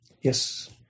Yes